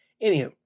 anyhow